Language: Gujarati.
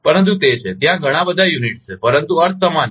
પરંતુ તે છે ત્યાં ઘણા બધા એકમો છે પરંતુ અર્થ સમાન છે